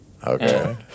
Okay